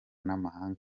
n’amahanga